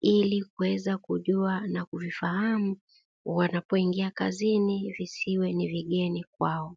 ili kuweza kujua na kuvifahamu wanapoingia kazini visiwe ni vigeni kwao.